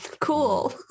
cool